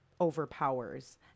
overpowers